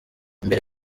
imbere